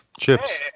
chips